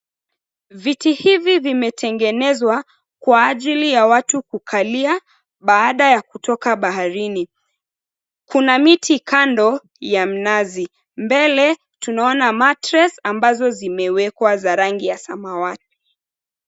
Viti hivi vimetengenezwa kwa ajili ya watu kukalia baada ya kutoka baharini. Kuna miti kando ya mnazi, mbele tunaona mattress ambazo zimewekwa za rangi ya samawati.